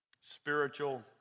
spiritual